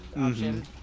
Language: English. option